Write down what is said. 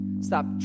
stop